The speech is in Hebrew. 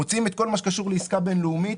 מוציאים את כל מה שקשור לעסקה בינלאומית,